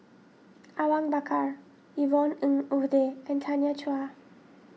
Awang Bakar Yvonne Ng Uhde and Tanya Chua